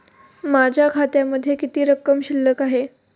माझ्या खात्यामध्ये किती रक्कम शिल्लक आहे?